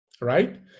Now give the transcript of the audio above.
right